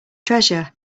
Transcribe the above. treasure